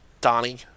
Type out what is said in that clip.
Donnie